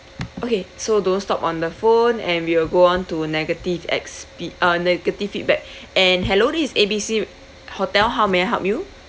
okay so don't stop on the phone and we will go on to negative expe~ uh negative feedback and hello this is A B C hotel how may I help you